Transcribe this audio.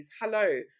hello